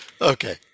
okay